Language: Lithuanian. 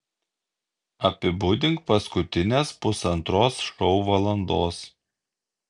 apibūdink paskutines pusantros šou valandos